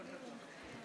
חברת הכנסת.